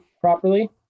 properly